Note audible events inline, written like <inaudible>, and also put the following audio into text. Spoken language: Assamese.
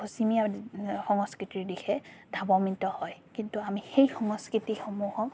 পশ্চিমীয়া <unintelligible> সংস্কৃতিৰ দিশে ধাৱম্বিত হয় কিন্তু আমি সেই সংস্কৃতিসমূহক